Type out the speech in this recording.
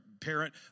parent